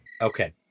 okay